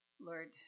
Lord